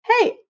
Hey